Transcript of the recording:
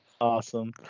awesome